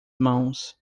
mãos